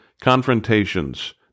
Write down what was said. confrontations